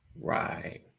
Right